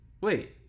Wait